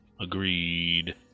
Agreed